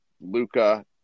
Luca